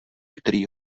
který